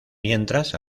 mientras